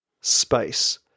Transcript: space